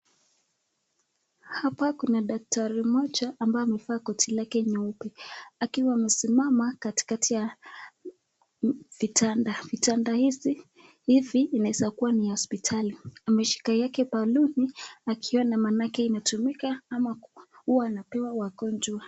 Hapa kuna daktari moja ambaye amefaa goti lake nyeupe akiwa amesimama katikati ya vitanda , vitanda hivi inaweza kuwa ni ya hospitali baluti akiwa manake inatumika ama huwa unapewa wagonjwa.